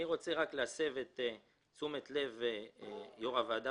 אני רוצה להסב את תשומת לב יושב-ראש הוועדה